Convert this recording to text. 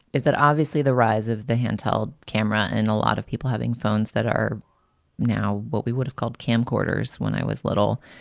is that obviously the rise of the handheld camera and a lot of people having phones that are now what we would have called camcorders when i was little